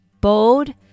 bold